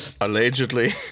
allegedly